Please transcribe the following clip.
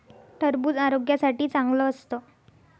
टरबूज आरोग्यासाठी चांगलं असतं